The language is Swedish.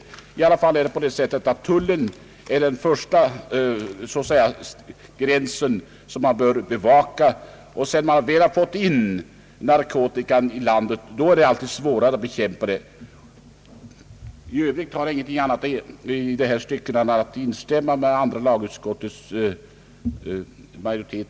Under alla omständigheter är det tullen som bör svara för bevakningen av den första gränsen som man har att övervaka även när det gäller narkotika insmugglingen. Sedan narkotikan väl kommit in i landet är det alltid svårare att bekämpa den. I övrigt har jag inget annat att säga i dessa stycken än att instämma med andra lagutskottets majoritet.